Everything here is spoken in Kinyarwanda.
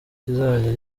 kizajya